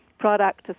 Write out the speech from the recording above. product